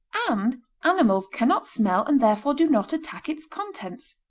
and animals cannot smell and therefore do not attack its contents.